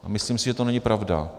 Myslím si, že to není pravda.